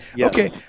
Okay